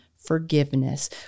forgiveness